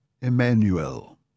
Emmanuel